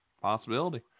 possibility